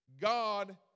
God